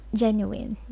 genuine